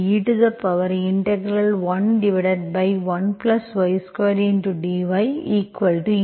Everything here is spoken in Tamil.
ye11 y2 dyey